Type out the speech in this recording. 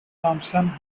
thompson